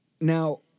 Now